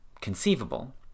conceivable